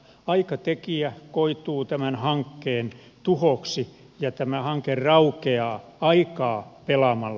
aikatekijä koituu tämän hankkeen tuhoksi ja tämä hanke raukeaa aikaa pelaamalla